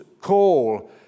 call